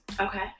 Okay